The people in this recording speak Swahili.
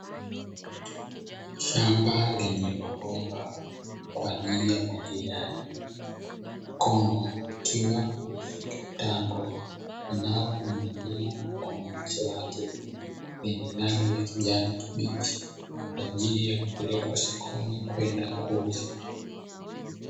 Shamba lenye mabomba kwa ajili ya umwagiliaji. Mkono ukiwa umeshika tango linaloning'inia kwenye mche wake lenye rangi ya kijani kibichi kwa ajili ya kupelekwa sokoni kwenda kuuzwa.